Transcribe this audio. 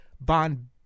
bond